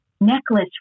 necklace